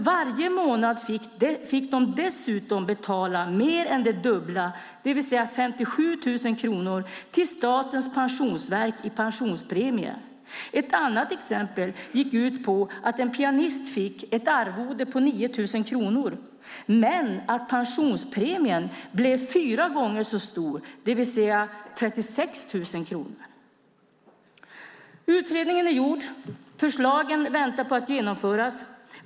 Varje månad fick man betala mer än det dubbla, 57 000 kronor, till Statens pensionsverk i pensionspremie. I ett annat exempel fick en pianist ett arvode på 9 000 kronor, men pensionspremien blev fyra gånger så stor, 36 000 kronor. Utredningen är gjord. Förslagen väntar på att genomföras.